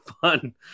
fun